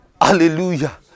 Hallelujah